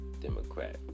Democrat